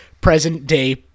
present-day